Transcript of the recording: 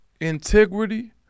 Integrity